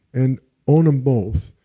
and own them both.